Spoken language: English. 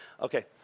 Okay